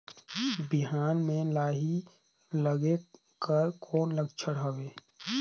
बिहान म लाही लगेक कर कौन लक्षण हवे?